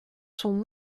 sont